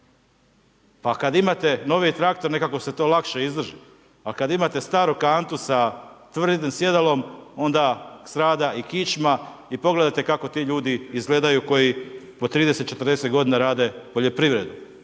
Pa kada imate novi traktor, nekako se to lakše izdrži. A kada imate staru kantu sa tvrdim sjedalom onda strada i kičma i pogledajte kako ti ljudi izgledaju, koji po 30-40 g. rade poljoprivredu.